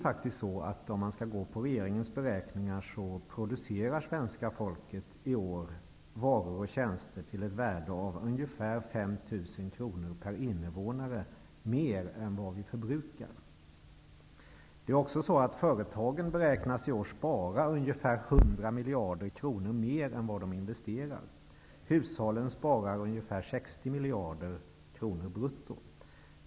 Enligt regeringens beräkningar producerar svenska folket i år varor och tjänster till ett värde av ungefär 5 000 kr per invånare mer än vad vi förbrukar. Företagen beräknas i år spara ca 100 miljarder kronor mer än vad de investerar. Hushållen sparar ungefär 60 miljarder kronor brutto.